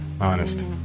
Honest